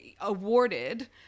awarded